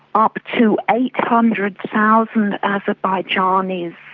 up to eight hundred thousand azerbaijanis